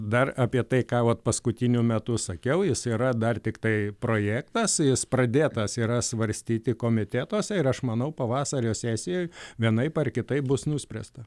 dar apie tai ką vat paskutiniu metu sakiau jis yra dar tiktai projektas jis pradėtas yra svarstyti komitetuose ir aš manau pavasario sesijoj vienaip ar kitaip bus nuspręsta